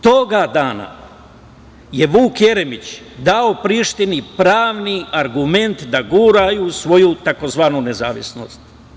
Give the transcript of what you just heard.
Toga dana je Vuk Jeremić dao Prištini pravni argument da guraju svoju tzv. nezavisnost.